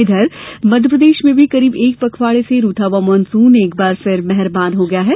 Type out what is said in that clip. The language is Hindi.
इधर मध्यप्रदेश में भी करीब एक पखवाड़े से रूठा हुआ मॉनसून एक बार फिर मेहरबान हो गया है